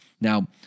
Now